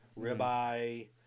ribeye